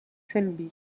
selby